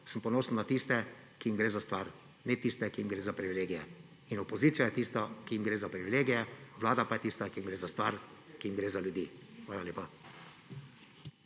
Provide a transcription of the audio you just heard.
sem ponosen na tiste, ki jim gre za stvar, ne na tiste, ki jim gre za privilegije. In opozicija je tista, ki jim gre za privilegije, Vlada pa je tista, ki jim gre za stvar, ki jim gre za ljudi. Hvala lepa.